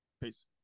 peace